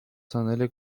sandalye